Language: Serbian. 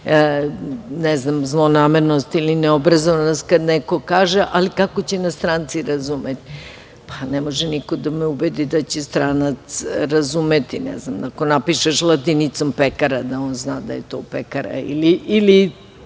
neznanje, zlonamernost ili neobrazovanost kada neko kaže kako će nas stranci razumete. Ne može niko da me ubedi da će stranac razumeti ako napišeš latinicom pekara, da on zna da je to pekara ili